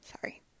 sorry